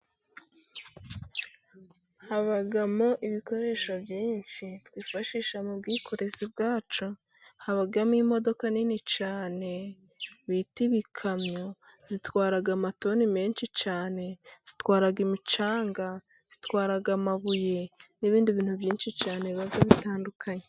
Habamo ibikoresho byinshi twifashisha mu bwikorezi bwacu, habamo imodoka nini cyane bita ibikamyo zitwara amatoni menshi cyane, zitwara imicanga, zitwara amabuye, n'ibindi bintu byinshi cyane biba bitandukanye.